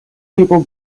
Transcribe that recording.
people